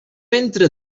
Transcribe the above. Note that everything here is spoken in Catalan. ventre